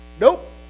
Nope